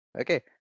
okay